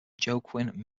joaquin